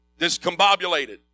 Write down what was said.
Discombobulated